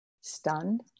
stunned